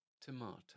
tomato